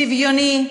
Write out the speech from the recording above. שוויוני,